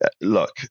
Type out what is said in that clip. look